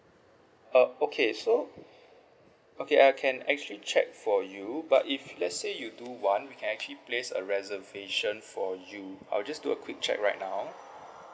uh okay so okay I can actually check for you but if let's say you do want we can actually place a reservation for you I'll just do a quick check right now